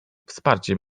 wsparcie